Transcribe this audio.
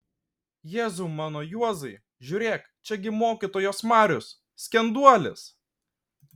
jėzau mano juozai žiūrėk čia gi mokytojos marius skenduolis